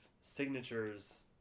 signatures